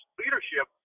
leadership